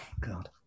God